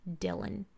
Dylan